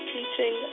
Teaching